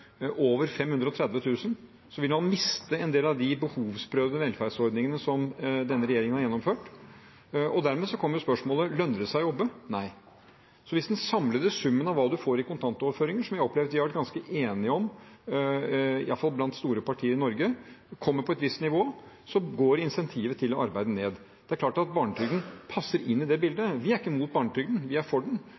over 530 000 kr, vil man miste en del av de behovsprøvde velferdsordningene som denne regjeringen har gjennomført, og dermed kommer spørsmålet: Lønner det seg å jobbe? – Nei. Så hvis den samlede summen av hva man får i kontantoverføringer, som jeg har opplevd vi iallfall blant store partier i Norge har vært ganske enige om, kommer opp på et visst nivå, går incentivet til å arbeide ned. Det er klart at barnetrygden passer inn i det bildet. Vi er ikke imot barnetrygden, vi er for den.